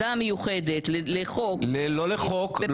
ועדה מיוחדת לחוק --- לא לחוק.